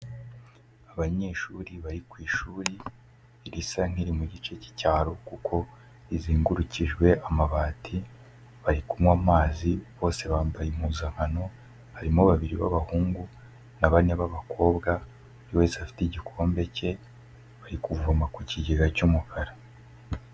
Abanyeshuri bari ku ishuri risa nk'iri mu gice cy'icyaro, kuko rizengurukijwe amabati, bari kunywa amazi, bose bambaye impuzankano, harimo babiri b'abahungu na bane b'abakobwa, buri wese afite igikombe cye bari kuvoma ku kigega cy'umukara.